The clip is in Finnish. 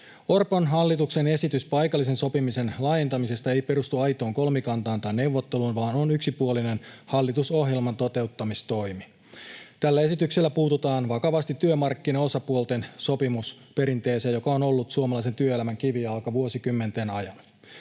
Orpon hallituksen esitys paikallisen sopimisen laajentamisesta ei perustu aitoon kolmikantaan tai neuvotteluun, vaan on yksipuolinen hallitusohjelman toteuttamistoimi. Tällä esityksellä puututaan vakavasti työmarkkinaosapuolten sopimusperinteeseen, joka on ollut suomalaisen työelämän kivijalka vuosikymmenten ajan.